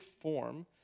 form